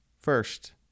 first